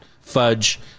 fudge